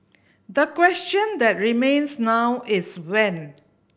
the question that remains now is when